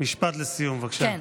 משפט לסיום, בבקשה.